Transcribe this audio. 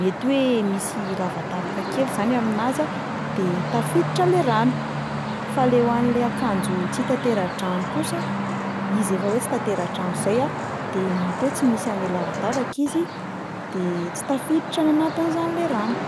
mety hoe misy lavadavaka kely zany aminazy a de tafiditra le rano, fa le ho an'le akanjo tsy tantera-drano kosa izy efa hoe tsy tantera-drano zay a de mety hoe tsy misy an'le lavadavaka izy de tsy tafiditra any anatiny zany le rano.